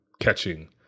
catching